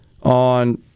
on